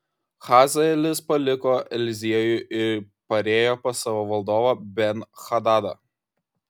hazaelis paliko eliziejų ir parėjo pas savo valdovą ben hadadą